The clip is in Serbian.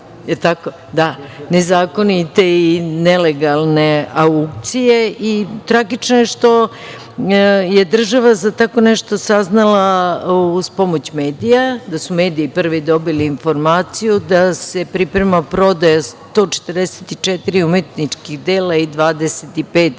kažem nezakonite i nelegalne aukcije. Tragično je što je država za tako nešto saznala uz pomoć medija, da su mediji prvi dobili informaciju da se priprema prodaja 144 umetničkih dela i 25